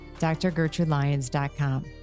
drgertrudelyons.com